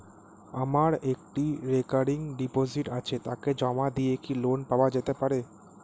আমার একটি recurring deposit আছে তাকে জমা দিয়ে কি লোন পাওয়া যেতে পারে?